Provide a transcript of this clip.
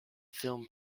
film